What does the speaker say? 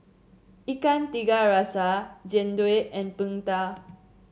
Ikan Tiga Rasa Jian Dui and Png Tao